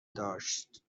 داشت